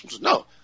No